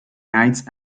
nights